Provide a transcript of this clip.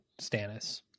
Stannis